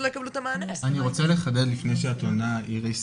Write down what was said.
אני רוצה לחדד לפני שאת עונה איריס,